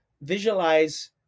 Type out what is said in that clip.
visualize